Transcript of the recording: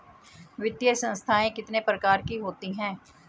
वित्तीय संस्थाएं कितने प्रकार की होती हैं?